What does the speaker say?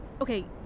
Okay